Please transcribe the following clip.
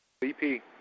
VP